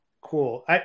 cool